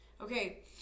Okay